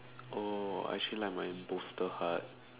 oh I actually like my bolster heart